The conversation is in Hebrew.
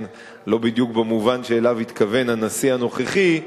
לא בדיוק במובן שאליו התכוון הנשיא הנוכחי,